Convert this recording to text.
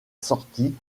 sortie